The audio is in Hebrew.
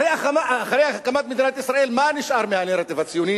הרי אחרי הקמת מדינת ישראל מה נשאר מהנרטיב הציוני